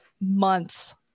months